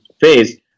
phase